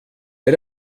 det